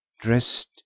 dressed